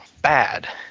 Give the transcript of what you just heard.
bad